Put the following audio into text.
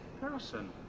person